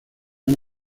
han